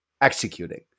executing